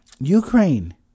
Ukraine